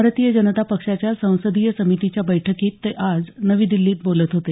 भारतीय जनता पक्षाच्या संसदीय समितीच्या बैठकीत ते आज नवी दिल्लीत बोलत होते